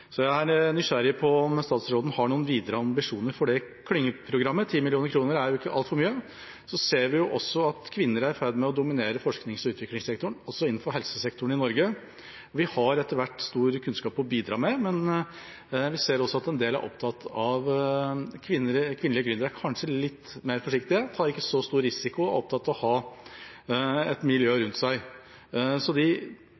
Jeg er nysgjerrig på om statsråden har noen videre ambisjoner for det klyngeprogrammet – 10 mill. kr er jo ikke altfor mye. Så ser vi at kvinner er i ferd med å dominere forsknings- og utviklingssektoren også innenfor helsesektoren i Norge. Vi har etter hvert stor kunnskap å bidra med, men vi ser også at en del er opptatt av kvinnelige gründere, som kanskje er litt mer forsiktige, ikke tar så stor risiko og er opptatt av å ha et miljø